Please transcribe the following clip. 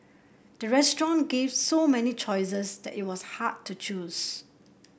the restaurant give so many choices that it was hard to choose